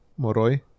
Moroi